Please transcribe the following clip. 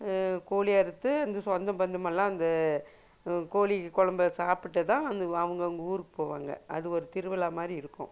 கோழி அறுத்து அந்த சொந்தம் பந்தம் எல்லாம் வந்து கோழி குழம்ப சாப்பிட்டு தான் அந்த அவங்கவுங்க ஊருக் போவாங்க அது ஒரு திருவிழா மாதிரி இருக்கும்